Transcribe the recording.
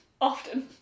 Often